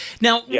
Now